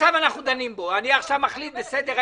דנים על זה.